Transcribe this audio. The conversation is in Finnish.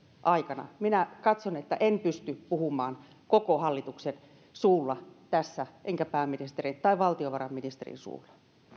aikana minä katson etten pysty puhumaan koko hallituksen suulla tässä enkä pääministerin tai valtiovarainministerin suulla